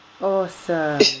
awesome